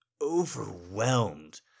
overwhelmed